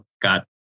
Got